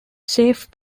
safe